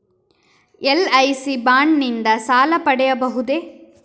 LIC bond ನಿಂದ ಸಾಲ ಪಡೆಯಬಹುದೇ?